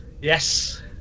Yes